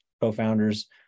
co-founders